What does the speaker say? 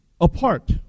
apart